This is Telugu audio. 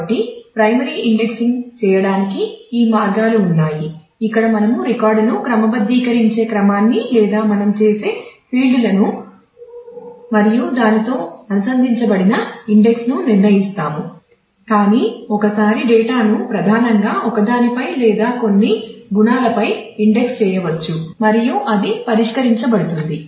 కాబట్టి ప్రైమరీ ఇండెక్సింగ్ చేయడానికి ఈ మార్గాలు ఉన్నాయి ఇక్కడ మనము రికార్డును క్రమబద్ధీకరించే క్రమాన్ని లేదా మనం చేసే ఫీల్డ్లను మరియు దానితో అనుబంధించబడిన ఇండెక్స్ను నిర్ణయిస్తాము కాని ఒకసారి డేటాను ప్రధానంగా ఒకదానిపై లేదా కొన్ని గుణాలపై ఇండెక్స్ చేయవచ్చు మరియు అది పరిష్కరించబడుతుంది